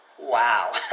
Wow